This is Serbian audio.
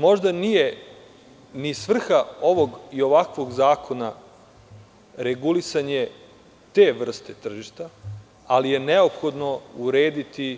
Možda nije ni svrha ovog i ovakvog zakona regulisanje te vrste tržišta, ali je neophodno urediti